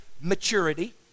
maturity